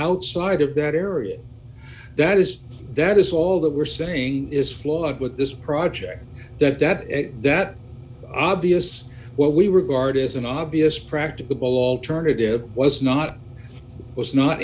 outside of that area that is that is all that we're saying is flawed with this project that that that obvious what we regard as an obvious practicable alternative was not was not